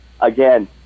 again